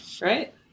right